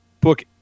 book